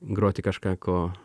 groti kažką ko